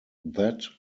that